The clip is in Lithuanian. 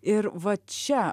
ir va čia